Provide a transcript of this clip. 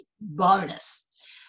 bonus